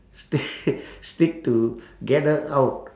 stick stick to gather out